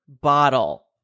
bottle